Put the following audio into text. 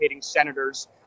senators